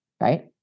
right